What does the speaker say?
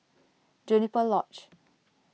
Juniper Lodge